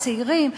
הצעירים,